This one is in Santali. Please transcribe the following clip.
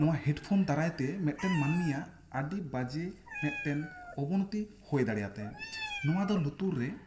ᱱᱚᱣᱟ ᱦᱮᱰᱯᱷᱚᱱ ᱫᱟᱨᱟᱭ ᱛᱮ ᱢᱤᱫ ᱴᱮᱱ ᱢᱟᱹᱱᱢᱤᱭᱟᱜ ᱟᱹᱰᱤ ᱵᱟᱡᱮ ᱢᱤᱫ ᱴᱮᱱ ᱚᱵᱚᱱᱚᱛᱤ ᱦᱳᱭ ᱫᱟᱲᱮᱭᱟᱛᱟᱭᱟ ᱱᱚᱣᱟ ᱫᱚ ᱞᱩᱛᱩᱨᱮ